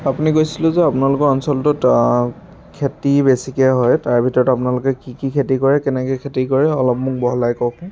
আপুনি কৈছিলে যে আপোনালোকৰ অঞ্চলটোত খেতি বেছিকৈ হয় তাৰ ভিতৰত আপোনালোকে কি কি খেতি কৰে কেনেকৈ খেতি কৰে অলপ মোক বহলাই কওক